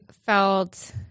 felt